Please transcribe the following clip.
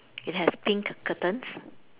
it has pink curtains